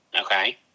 Okay